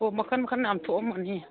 ꯑꯣ ꯃꯈꯟ ꯃꯈꯟ ꯌꯥꯝ ꯊꯣꯛꯑꯝꯃꯅꯤ